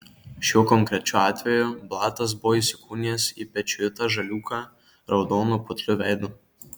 šiuo konkrečiu atveju blatas buvo įsikūnijęs į pečiuitą žaliūką raudonu putliu veidu